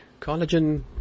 Collagen